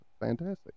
fantastic